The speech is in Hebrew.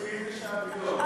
תלוי באיזו שעה ביום.